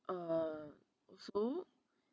uh so